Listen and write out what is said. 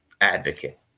advocate